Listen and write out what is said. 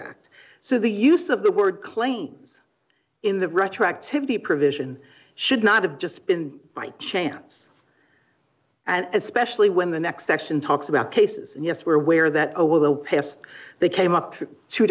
act so the use of the word claims in the retroactivity provision should not have just been by chance and especially when the next section talks about cases and yes we're aware that over the past they came up to two